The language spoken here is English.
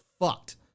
fucked